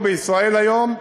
אנחנו בישראל היום,